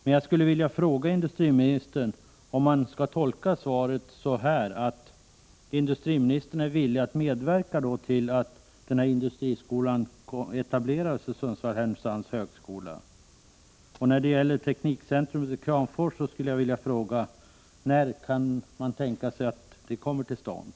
Men jag skulle vilja fråga industriministern om man skall tolka svaret så att industriministern är villig att medverka till att industrihögskolan etableras vid Sundsvalls/Härnösands högskola. När det gäller teknikcentrum i Kramfors vill jag fråga: När kan det tänkas komma till stånd?